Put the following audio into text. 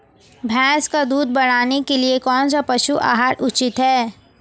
भैंस का दूध बढ़ाने के लिए कौनसा पशु आहार उचित है?